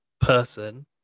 person